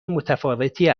متفاوتی